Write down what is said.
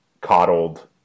coddled